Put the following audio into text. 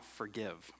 forgive